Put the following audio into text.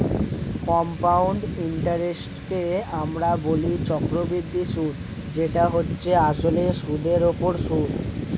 compound ইন্টারেস্টকে আমরা বলি চক্রবৃদ্ধি সুদ যেটা হচ্ছে আসলে সুদের উপর সুদ